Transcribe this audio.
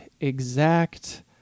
exact